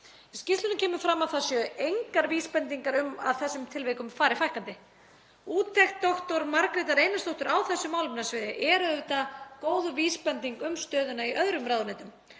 skýrslunni kemur fram að það séu engar vísbendingar um að þessum tilvikum fari fækkandi. Úttekt dr. Margrétar Einarsdóttur á þessu málefnasviði er góð vísbending um stöðuna í öðrum ráðuneytum.